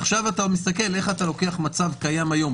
עכשיו אתה מסתכל איך אתה לוקח מצב שקיים היום,